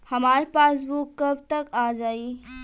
हमार पासबूक कब तक आ जाई?